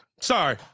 sorry